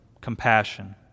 compassion